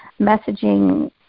messaging